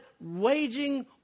waging